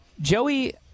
Joey